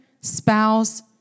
spouse